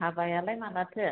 हाबायालाय माब्लाथो